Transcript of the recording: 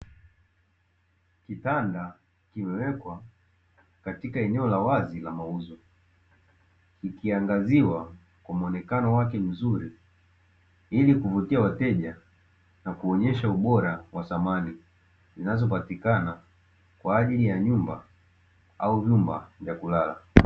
Kitanda kimewekwa katika eneo la wazi la mauzo, kikiangaziwa kwa muonekano wake mzuri ili kuvutia wateja na kuonyesha ubora wa samani, zinazopatikana kwa ajili ya nyumba au vyumba vya kulala.